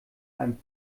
einem